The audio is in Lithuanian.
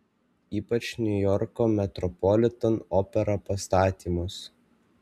ypač niujorko metropolitan opera pastatymus